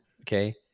Okay